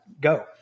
go